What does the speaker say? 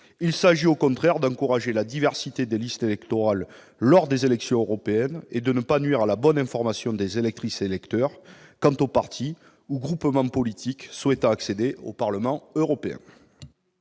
Il nous faut au contraire encourager la diversité des listes électorales lors des élections européennes et ne pas nuire à la bonne information des électeurs sur les partis ou groupements politiques souhaitant accéder au Parlement européen.